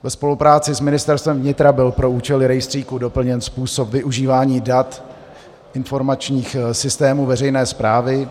Ve spolupráci s Ministerstvem vnitra byl pro účely rejstříku doplněn způsob využívání dat informačních systémů veřejné správy.